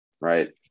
right